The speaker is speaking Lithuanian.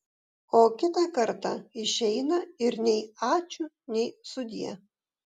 o kitą kartą išeina ir nei ačiū nei sudie